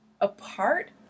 apart